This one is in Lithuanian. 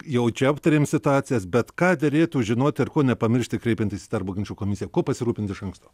jau čia aptarėm situacijas bet ką derėtų žinot ar ko nepamiršti kreipiantis į darbo ginčų komisiją kuo pasirūpint iš anksto